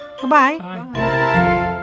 Goodbye